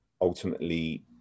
ultimately